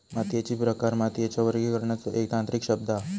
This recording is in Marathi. मातीयेचे प्रकार मातीच्या वर्गीकरणाचो एक तांत्रिक शब्द हा